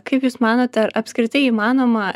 kaip jūs manote ar apskritai įmanoma